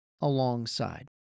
alongside